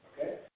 Okay